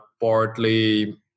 partly